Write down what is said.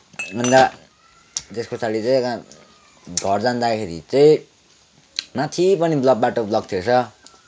अन्त त्यस पछाडि चाहिँ घर जादाँखेरि चाहिँ माथि पनि ब्लक बाटो ब्लक थिएछ